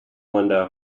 window